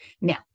now